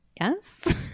yes